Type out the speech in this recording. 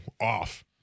off